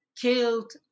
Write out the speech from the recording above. killed